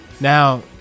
Now